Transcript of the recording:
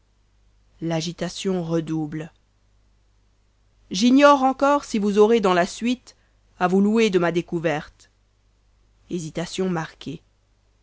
j'ignore encore si vous aurez dans la suite à vous louer de ma découverte